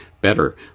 better